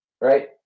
right